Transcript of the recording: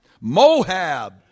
Moab